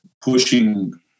pushing